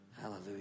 Hallelujah